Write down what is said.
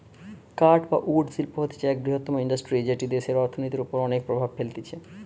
কাঠ বা উড শিল্প হতিছে এক বৃহত্তম ইন্ডাস্ট্রি যেটি দেশের অর্থনীতির ওপর অনেক প্রভাব ফেলতিছে